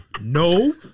no